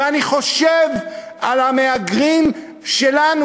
ואני חושב על המהגרים שלנו,